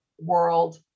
world